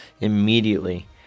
immediately